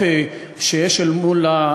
ואנחנו יודעים שיש כאן בהחלט,